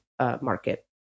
market